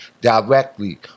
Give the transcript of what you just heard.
directly